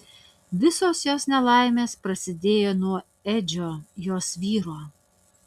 visos jos nelaimės prasidėjo nuo edžio jos vyro